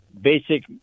basic